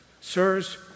sirs